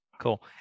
Cool